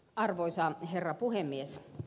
arvoisa herra puhemies